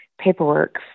paperwork